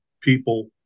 people